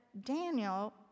Daniel